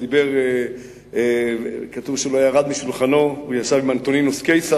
הוא ישב עם אנטונינוס קיסר,